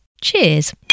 Cheers